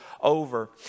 over